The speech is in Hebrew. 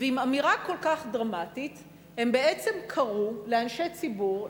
ועם אמירה כל כך דרמטית הם בעצם קראו לאנשי ציבור,